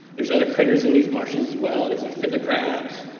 there's other critters in these marshes as well, there's fiddler crabs.